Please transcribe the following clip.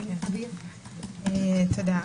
תודה.